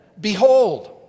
behold